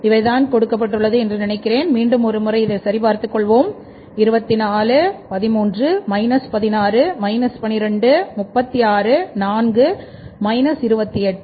இவைதான் கொடுக்கப்பட்டுள்ளது என்று நினைக்கிறேன் மீண்டும் ஒருமுறை இதை சரி பார்த்துக் கொள்வோம் 24 13 16 12 36 4 28